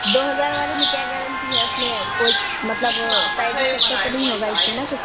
دو ہزار والے میں کیا گارنٹی ہے اس میں کچھ مطلب سائڈ ایفکٹ تو نہیں ہوگا اس میں نا کچھ